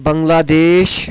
Bangladesh